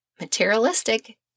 materialistic